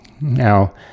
Now